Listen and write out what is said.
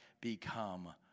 become